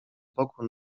boku